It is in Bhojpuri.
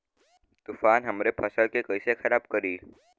तूफान हमरे फसल के कइसे खराब करी?